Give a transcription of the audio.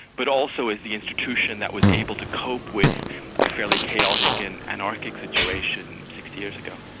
but also as the institutional that was able to cope with a fairly chaotic and anarchic situation sixty years ago.